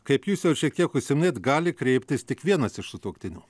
kaip jūs jau ir šiek tiek užsiminėt gali kreiptis tik vienas iš sutuoktinių